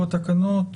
התקנות?